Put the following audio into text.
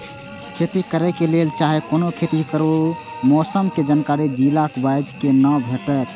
खेती करे के लेल चाहै कोनो खेती करू मौसम के जानकारी जिला वाईज के ना भेटेत?